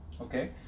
okay